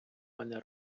мене